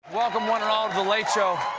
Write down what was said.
welcome one and all to the late show.